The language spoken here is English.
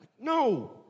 No